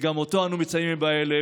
שגם אותו אנו מציינים בימים אלו,